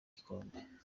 igikombe